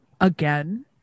again